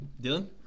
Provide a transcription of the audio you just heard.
Dylan